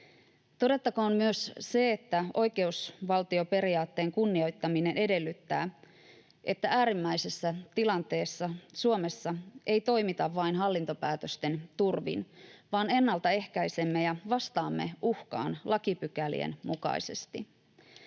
Todettakoon myös se, että oikeusvaltioperiaatteen kunnioittaminen edellyttää, että äärimmäisessä tilanteessa Suomessa ei toimita vain hallintopäätösten turvin, vaan ennaltaehkäisemme ja vastaamme uhkaan lakipykälien mukaisesti.